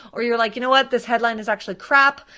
or you're like, you know what, this headline is actually crap,